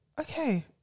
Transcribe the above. Okay